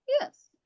yes